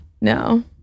No